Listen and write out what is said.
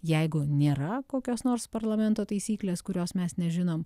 jeigu nėra kokios nors parlamento taisyklės kurios mes nežinom